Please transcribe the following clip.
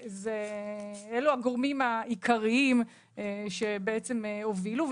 אלו הגורמים העיקריים שבעצם הובילו לכך.